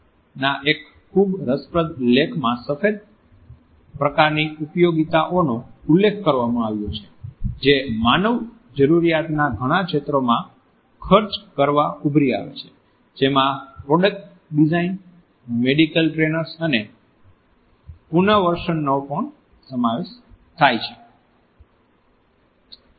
Srinivasan ના એક ખૂબ જ રસપ્રદ લેખ માં સફેદ પ્રકારની ઉપયોગીતઓનો ઉલ્લેખ કરવામાં આવ્યો છે જે માનવ જરૂરિયાતના ઘણાં ક્ષેત્રોમાં ખર્ચ કરવા ઉભરી આવી છે જેમાં પ્રોડક્ટ ડિઝાઇન મેડિકલ ટ્રેનર્સ અને પુનર્વસન નો સમાવેશ થાય છે